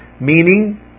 meaning